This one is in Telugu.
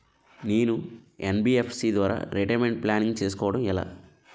నేను యన్.బి.ఎఫ్.సి ద్వారా రిటైర్మెంట్ ప్లానింగ్ చేసుకోవడం ఎలా?